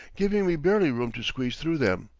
giving me barely room to squeeze through them.